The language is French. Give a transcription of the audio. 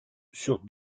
sur